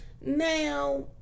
Now